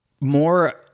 more